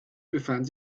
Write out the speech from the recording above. befand